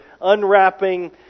unwrapping